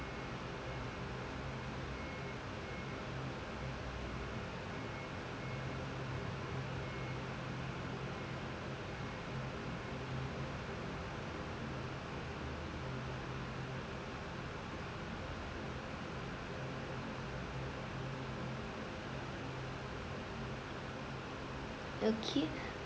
okay